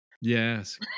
yes